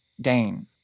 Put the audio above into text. Dane